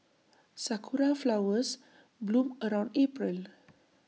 Sakura Flowers bloom around April